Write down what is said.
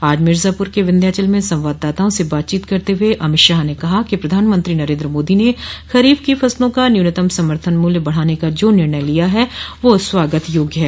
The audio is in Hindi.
आज मिर्जापुर के विन्ध्याचल में संवाददाताओं से बातचीत करते हुए अमित शाह ने कहा कि प्रधानमंत्री नरेन्द्र मोदी ने खरीफ की फसलों का न्यूनतम समर्थन मूल्य बढ़ाने का जो निर्णय लिया है वह स्वागत योग्य है